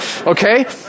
okay